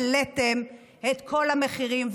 העליתם את כל המחירים,